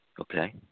Okay